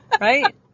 Right